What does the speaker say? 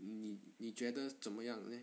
你你觉得怎么样 leh